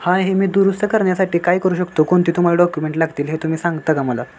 हां हे मी दुरुस्त करण्यासाठी काय करू शकतो कोणते तुम्हाला डॉक्युमेंट लागतील हे तुम्ही सांगता का मला